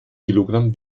kilogramm